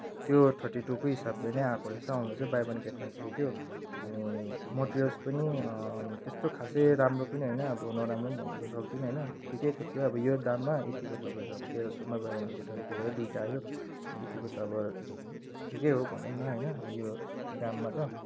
त्यो थर्टी टूकै हिसाबले नै आएको रहेछ आउनु चाहिँ buy one get one free थियो अनि मटेरियल्स पनि त्यस्तो खासै राम्रो पनि होइन अब नराम्रो पनि भन्नु त सक्दिनँ होइन ठिकैको थियो अब यो दाममा यतिको तपाईँको अब तेह्र सयमा buy one get one free भएर दुइटा आयो यतिको त अब ठिकै हो भनौँ न होइन अब यो दाममा त